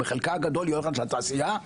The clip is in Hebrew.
בחלקה הגדול היא הולכת לתעשייה.